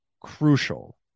crucial